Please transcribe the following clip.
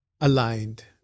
aligned